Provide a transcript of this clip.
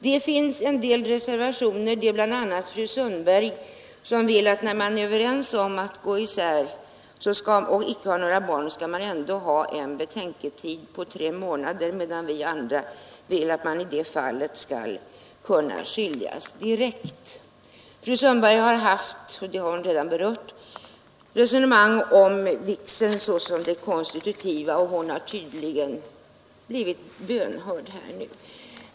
Det finns en del reservanter, bl.a. fru Sundberg, som vill att makar som är överens om att gå isär och icke har några barn ändå skall ha en betänketid på tre månader, medan vi andra vill att man i det fallet skall kunna skiljas direkt. Fru Sundberg har, som hon här berört, i kommittén haft ett resonemang om vigseln som det konstitutiva, och hon har tydligen nu blivit bönhörd.